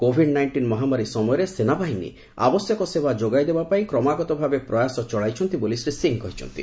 Covid nineteen ମହାମାରୀ ସମୟରେ ସେନାବାହିନୀ ଆବଶ୍ୟକ ସେବା ଯୋଗାଇଦେବା ପାଇଁ କ୍ରମାଗତ ଭାବେ ପ୍ରୟାସ ଚଳାଇଛନ୍ତି ବୋଲି ଶ୍ରୀ ସିଂ କହିଚ୍ଛନ୍ତି